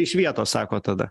iš vietos sakot tada